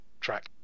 track